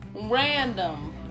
Random